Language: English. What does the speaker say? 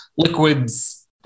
liquids